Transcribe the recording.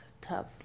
tough